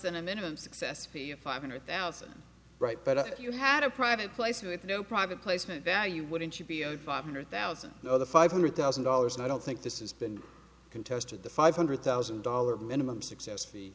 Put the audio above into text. than a minimum success for your five hundred thousand right but if you had a private place with no private placement value wouldn't you be owed five hundred thousand five hundred thousand dollars and i don't think this is been contested the five hundred thousand dollars minimum successfully